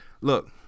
look